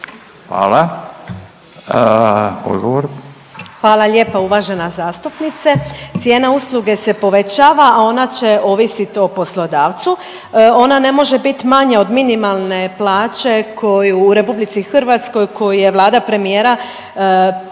Danica (HDZ)** Hvala lijepa uvažena zastupnice. Cijena usluge se povećava, a ona će ovisiti o poslodavcu. Ona ne može bit manja od minimalne plaće koju u Republici Hrvatskoj koju je Vlada premijera Plenkovića